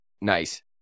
Nice